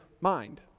mind